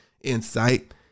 insight